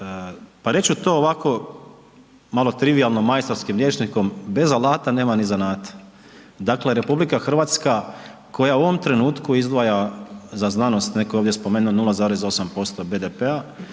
Pa reći ću to ovako malo trivijalno majstorskim rječnikom, bez alata nema ni zanata. Dakle, RH koja u ovom trenutku izdvaja za znanost netko je ovdje spomenuo 9,8% BDP-a